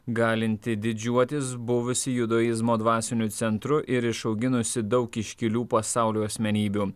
galinti didžiuotis buvusi judaizmo dvasiniu centru ir išauginusi daug iškilių pasaulio asmenybių